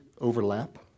overlap